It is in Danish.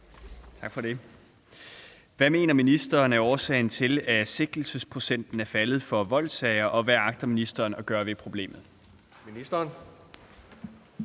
Tak for det. Hvad mener ministeren er årsagen til, at sigtelsesprocenten er faldet for voldssager, og hvad agter ministeren at gøre ved problemet? Kl.